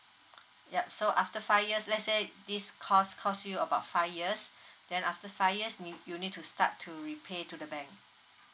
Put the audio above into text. yup so after five years let's say this course cost you about five years then after five years you you need to start to repay to the bank